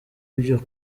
ibyo